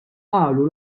qalu